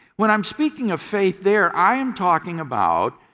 when i am speaking of faith there i am talking about